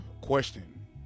question